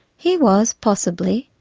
he was, possibly,